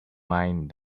mind